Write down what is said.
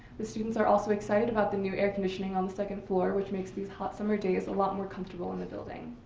the students are also excited about the new air conditioning on the second floor, which makes these hot summer days a lot more comfortable in the building.